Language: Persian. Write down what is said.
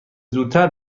زودتر